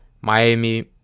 Miami